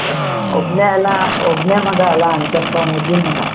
ಒಬ್ಬನೇ ಅಲ್ಲಾ ಒಬ್ಬನೆ ಮಗ ಅಲ್ಲಾ ಒಂದು ಸ್ವಲ್ಪ ಮುದ್ದಿನ ಮಗ